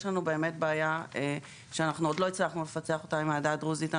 יש לנו בעיה שעוד לא הצלחנו לפתור אותה עם העדה הדרוזית.